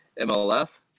MLF